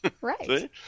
Right